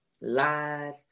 live